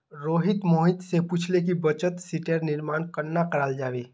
रोहित मोहित स पूछले कि बचत शीटेर निर्माण कन्ना कराल जाबे